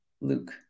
Luke